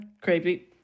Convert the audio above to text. Creepy